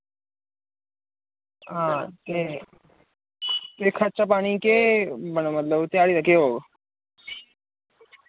हां ते ते खर्चा पानी केह् बना मतलब ध्याड़ी दा केह् होग